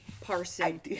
Parson